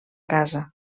casa